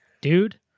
Dude